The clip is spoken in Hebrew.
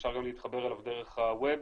אפשר יהיה להתחבר דרך הווב,